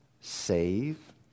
Save